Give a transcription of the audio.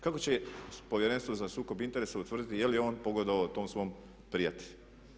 Kako će Povjerenstvo za sukob interesa utvrditi je li on pogodovao tom svom prijatelju?